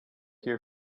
here